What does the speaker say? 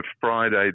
Friday